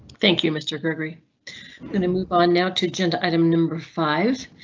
thank you mr gregory gonna move on now to agenda item number five.